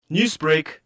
Newsbreak